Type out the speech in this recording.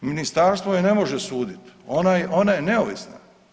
Ministarstvo je ne može suditi, ona je neovisna.